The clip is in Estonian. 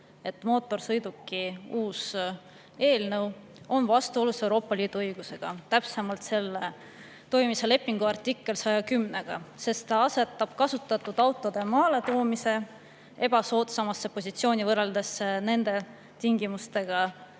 et mootorsõiduki[maksu] uus eelnõu on vastuolus Euroopa Liidu õigusega, täpsemalt, selle toimimise lepingu artikliga 110, sest [eelnõu] asetab kasutatud autode maaletoomise ebasoodsamasse positsiooni võrreldes nendele tingimustele